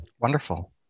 Wonderful